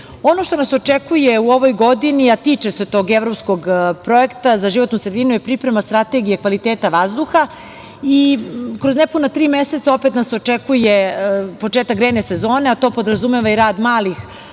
što nas očekuje u ovoj godini, a tiče se tog evropskog projekta za životnu sredinu, je priprema Strategije kvaliteta vazduha. Kroz nepuna tri meseca opet nas očekuje početak grejne sezone, a to podrazumeva i rad malih